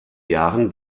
jahren